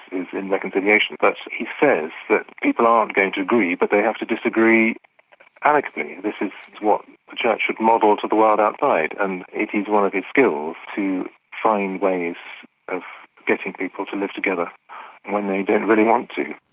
is in reconciliation, that's, he says that people aren't going to agree but they have to disagree amicably this is what the church should model to the world outside. and it is one of his skills, to find ways of getting people to live together when they don't really want to.